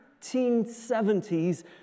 1970s